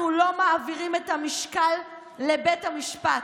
אנחנו לא מעבירים את המשקל לבית המשפט.